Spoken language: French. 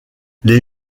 les